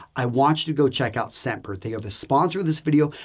i want you to go check out scentbird. they are the sponsor of this video.